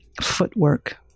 footwork